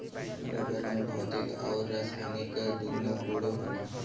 rubber में भौतिक आउर रासायनिक दून्नो गुण होला